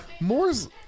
Moore's